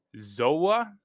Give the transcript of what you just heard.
Zoa